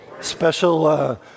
Special